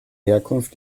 herkunft